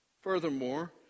Furthermore